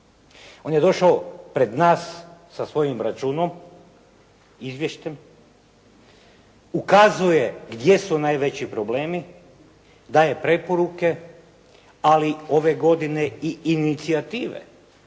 On je došao pred nas sa svojim računom, izvješćem ukazuje gdje su najveći problemi, daje preporuke, ali ove godine i inicijative